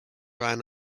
ran